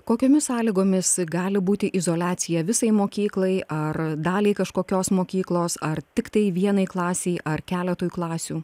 kokiomis sąlygomis gali būti izoliacija visai mokyklai ar daliai kažkokios mokyklos ar tiktai vienai klasei ar keletui klasių